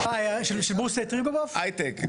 היי-טק.